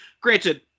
Granted